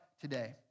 today